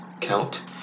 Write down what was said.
Count